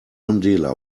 mandela